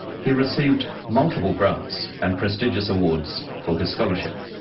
he received multiple grants and prestigious awards for his scholarship.